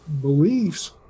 beliefs